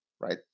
right